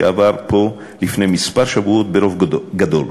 שעבר פה לפני כמה שבועות ברוב גדול,